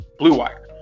BLUEWIRE